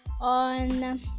on